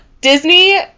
Disney